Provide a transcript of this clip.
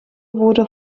wurde